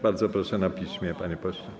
Bardzo proszę na piśmie, panie pośle.